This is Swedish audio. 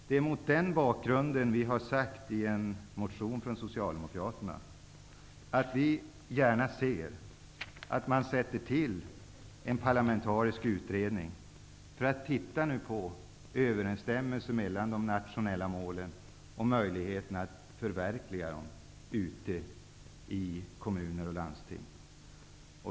Det är mot den bakgrunden som vi i en motion från Socialdemokraterna har anfört att vi gärna ser att man tillsätter en parlamentarisk utredning för att undersöka hur det är med överensstämmelsen mellan de nationella målen och möjligheterna att förverkliga dem ute i kommuner och landsting.